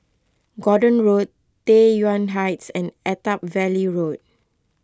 Gordon Road Tai Yuan Heights and Attap Valley Road